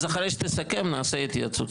אז אחרי שתסכם נעשה התייעצות סיעתית.